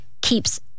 keeps